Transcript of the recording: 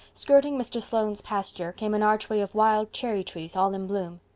skirting mr. sloane's pasture, came an archway of wild cherry trees all in bloom.